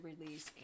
release